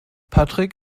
patrick